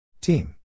Team